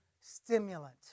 stimulant